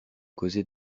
causé